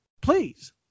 Please